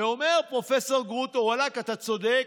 ואומר פרופ' גרוטו: ואללה, אתה צודק,